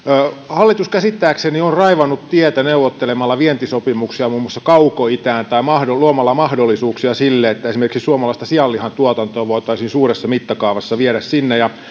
hallitus käsittääkseni on raivannut tietä neuvottelemalla vientisopimuksia muun muassa kaukoitään tai luomalla mahdollisuuksia siihen että esimerkiksi suomalaista sianlihan tuotantoa voitaisiin suuressa mittakaavassa viedä sinne